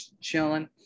chilling